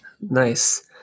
Nice